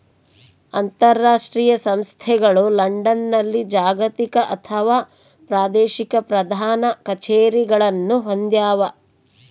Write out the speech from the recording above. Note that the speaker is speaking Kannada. ಅಂತರಾಷ್ಟ್ರೀಯ ಸಂಸ್ಥೆಗಳು ಲಂಡನ್ನಲ್ಲಿ ಜಾಗತಿಕ ಅಥವಾ ಪ್ರಾದೇಶಿಕ ಪ್ರಧಾನ ಕಛೇರಿಗಳನ್ನು ಹೊಂದ್ಯಾವ